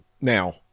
Now